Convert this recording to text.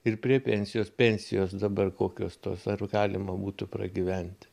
ir prie pensijos pensijos dabar kokios tos ar galima būtų pragyventi